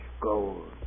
gold